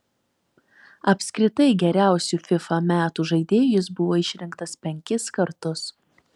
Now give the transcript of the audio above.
apskritai geriausiu fifa metų žaidėju jis buvo išrinktas penkis kartus